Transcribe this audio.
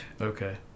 Okay